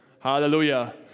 Hallelujah